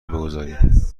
بگذاریم